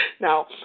Now